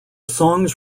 songs